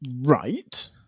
Right